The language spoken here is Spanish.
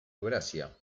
eurasia